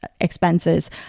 expenses